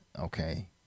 okay